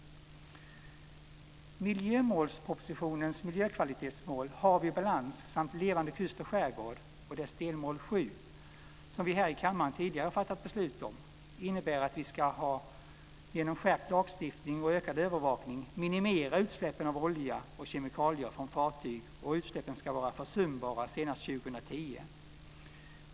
Miljömålspropositionens miljökvalitetsmål, ett hav i balans samt levande kust och skärgård, och dess delmål 7, som vi här i kammaren tidigare har fattat beslut om, innebär att vi genom skärpt lagstiftning och ökad övervakning ska minimera utsläppen av olja och kemikalier från fartyg. Utsläppen ska vara försumbara senast 2010.